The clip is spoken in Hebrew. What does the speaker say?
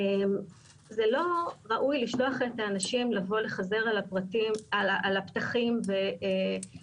זה לא ראוי לשלוח את האנשים לבוא לחזר על הפתחים ולבוא